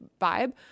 vibe